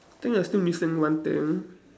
think we are still missing one thing